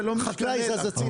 החקלאי זז הצדה.